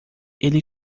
ele